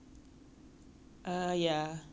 we are known for having class part wars